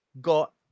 got